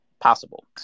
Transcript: possible